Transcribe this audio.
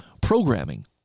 programming